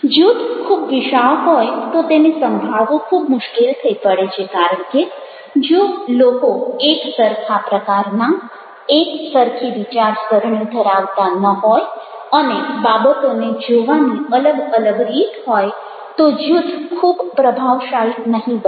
જૂથ ખૂબ વિશાળ હોય તો તેને સંભાળવું ખૂબ મુશ્કેલ થઈ પડે છે કારણ કે જો લોકો એકસરખા પ્રકારના એકસરખી વિચારસરણી ધરાવતા ન હોય અને બાબતોને જોવાની અલગ અલગ રીત હોય તો જૂથ ખૂબ પ્રભાવશાળી નહિ બને